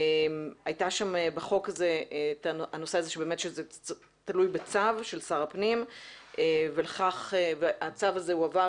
היה שם בחוק הזה הנושא שזה תלוי בצו של שר הפנים והצו הזה הועבר